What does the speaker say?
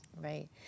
right